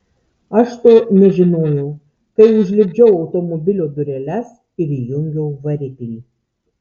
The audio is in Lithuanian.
aš to nežinojau kai užlipdžiau automobilio dureles ir įjungiau variklį